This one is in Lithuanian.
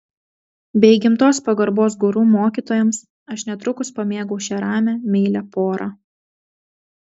be įgimtos pagarbos guru mokytojams aš netrukus pamėgau šią ramią meilią porą